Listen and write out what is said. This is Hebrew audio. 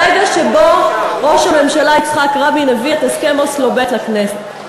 הרגע שבו ראש הממשלה יצחק רבין הביא את הסכם אוסלו ב' לכנסת.